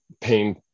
pain